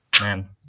man